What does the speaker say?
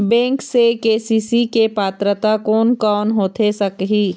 Bank से KCC के पात्रता कोन कौन होथे सकही?